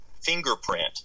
fingerprint